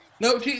No